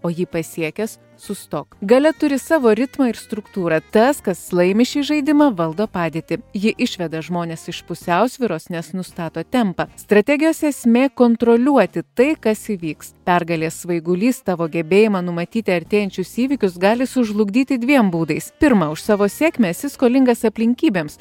o jį pasiekęs sustok galia turi savo ritmą ir struktūrą tas kas laimi šį žaidimą valdo padėtį ji išveda žmones iš pusiausvyros nes nustato tempą strategijos esmė kontroliuoti tai kas įvyks pergalės svaigulys tavo gebėjimą numatyti artėjančius įvykius gali sužlugdyti dviem būdais pirma už savo sėkmę esi skolingas aplinkybėms